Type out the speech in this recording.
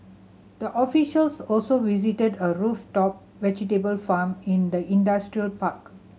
the officials also visited a rooftop vegetable farm in the industrial park